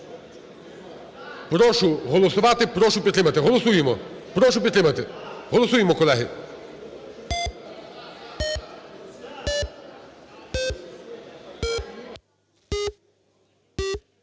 Прошу голосувати, прошу підтримати. Голосуємо, прошу підтримати. Голосуємо, колеги!